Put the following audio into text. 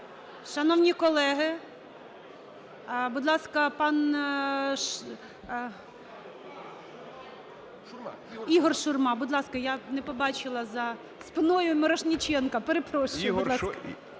Шановні колеги. Будь ласка, пан… Ігор Шурма. Будь ласка, я не побачила за спиною Мірошниченка. Перепрошую, будь ласка.